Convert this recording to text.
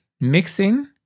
mixing